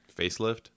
Facelift